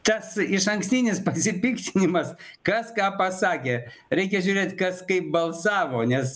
tas išankstinis pasipiktinimas kas ką pasakė reikia žiūrėt kas kaip balsavo nes